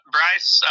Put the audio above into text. Bryce